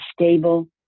stable